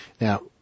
Now